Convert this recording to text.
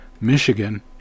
Michigan